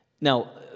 Now